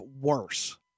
worse